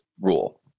rule